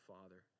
Father